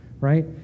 right